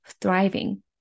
thriving